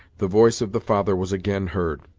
the voice of the father was again heard.